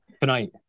Tonight